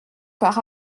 par